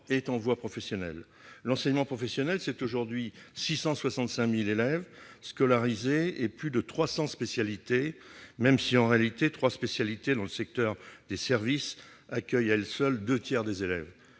est en voie professionnelle. L'enseignement professionnel, ce sont aujourd'hui 665 000 élèves scolarisés et plus de 300 spécialités, même si, en réalité, trois spécialités dans le secteur des services accueillent à elles seules les deux tiers des élèves